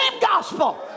gospel